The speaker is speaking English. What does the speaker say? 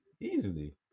Easily